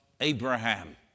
Abraham